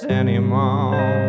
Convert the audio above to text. anymore